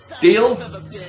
Deal